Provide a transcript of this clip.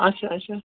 اچھا اچھا